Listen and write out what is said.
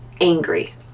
angry